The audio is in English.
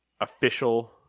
official